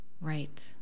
Right